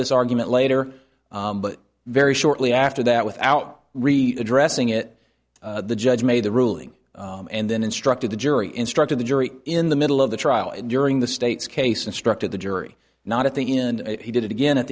this argument later but very shortly after that without read addressing it the judge made the ruling and then instructed the jury instructed the jury in the middle of the trial and during the state's case instructed the jury not at the end he did it again at